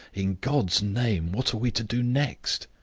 in god's name, what are we to do next?